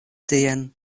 tien